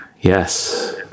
Yes